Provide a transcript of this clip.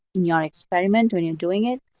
in your experiment, when you're doing it,